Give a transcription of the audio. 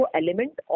element